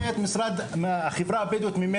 הוא לא רואה את החברה הבדואית ממטר.